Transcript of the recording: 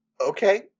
Okay